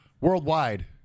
Worldwide